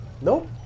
Nope